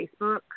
Facebook